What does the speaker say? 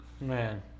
Man